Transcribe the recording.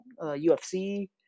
UFC